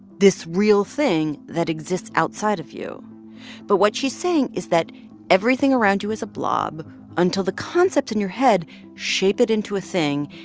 this real thing that exists outside of you but what she's saying is that everything around you is a blob until the concepts in your head shape it into a thing,